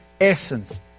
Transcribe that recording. essence